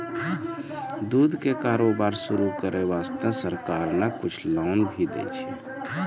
दूध के कारोबार शुरू करै वास्तॅ सरकार न कुछ लोन भी दै छै